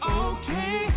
okay